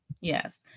Yes